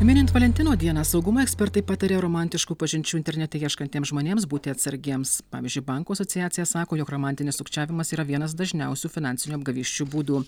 minint valentino dieną saugumo ekspertai pataria romantiškų pažinčių internete ieškantiems žmonėms būti atsargiems pavyzdžiui bankų asociacija sako jog romantinis sukčiavimas yra vienas dažniausių finansinių apgavysčių būdų